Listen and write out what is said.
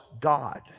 God